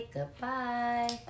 Goodbye